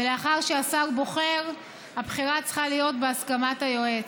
ולאחר שהשר בוחר הבחירה צריכה להיות בהסכמת היועץ.